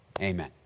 amen